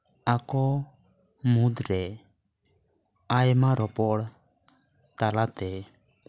ᱟᱠᱚ ᱢᱩᱫᱽᱨᱮ ᱟᱭᱢᱟ ᱨᱚᱠᱚᱢ ᱨᱚᱯᱚᱲ ᱛᱟᱞᱟᱛᱮ